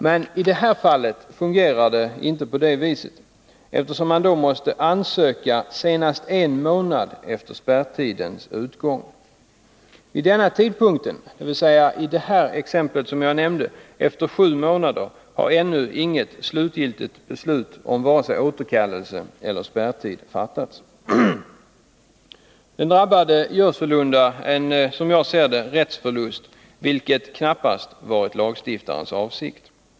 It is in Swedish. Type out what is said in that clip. Men i detta fall fungerar det inte på det viset, eftersom han måste lämna in sin ansökan senast en månad efter spärrtidens utgång. I nämnda exempel har vid denna tidpunkt — dvs. efter sju månader — ännu inget slutgiltigt beslut om vare sig återkallelse eller spärrtid fattats. Den drabbade gör sålunda — som jag ser saken — en rättsförlust, vilket knappast varit lagstiftarens avsikt.